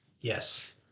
Yes